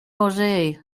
jose